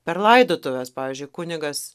per laidotuves pavyzdžiui kunigas